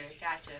Gotcha